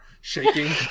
shaking